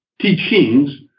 teachings